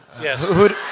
Yes